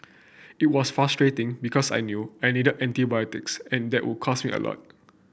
it was frustrating because I knew I needed antibiotics and that would cost me a lot